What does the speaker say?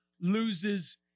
loses